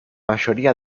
mayoría